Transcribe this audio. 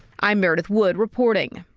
i'm meredith wood reporting.